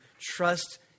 trust